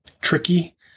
tricky